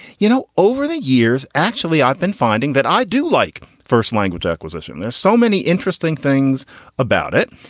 you know, over the years, actually, i've been finding that i do like first language acquisition. there's so many interesting things about it.